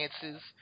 chances